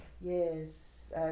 Yes